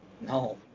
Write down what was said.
No